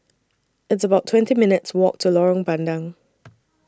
It's about twenty minutes' Walk to Lorong Bandang